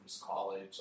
college